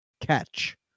catch